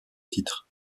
titre